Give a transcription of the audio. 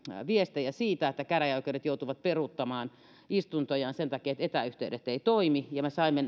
viestejä siitä että käräjäoikeudet joutuvat peruuttamaan istuntojaan sen takia että etäyhteydet eivät toimi ja me saimme